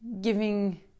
giving